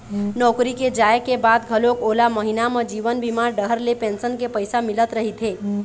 नौकरी के जाए के बाद घलोक ओला महिना म जीवन बीमा डहर ले पेंसन के पइसा मिलत रहिथे